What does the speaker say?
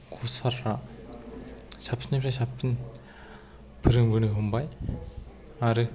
खसारफ्रा साबसिननिफ्राय साबसिन फोरोंबोनो हमबाय आरो